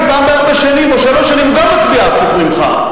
פעם בארבע שנים או שלוש שנים הוא גם מצביע הפוך ממך.